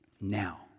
Now